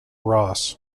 ross